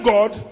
God